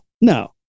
no